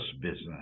business